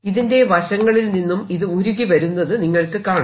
ഇതിന്റെ വശങ്ങളിൽ നിന്നും ഇത് ഉരുകി വരുന്നത് നിങ്ങൾക്ക് കാണാം